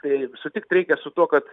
tai sutikt reikia su tuo kad